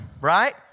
right